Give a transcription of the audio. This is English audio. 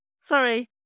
Sorry